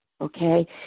okay